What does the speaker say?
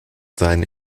seinen